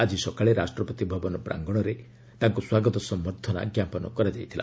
ଆଜି ସକାଳେ ରାଷ୍ଟ୍ରପତି ଭବନ ପ୍ରାଙ୍ଗଣରେ ତାଙ୍କୁ ସ୍ୱାଗତ ସମ୍ଭର୍ଦ୍ଧନା ଜ୍ଞାପନ କରାଯାଇଥିଲା